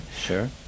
sure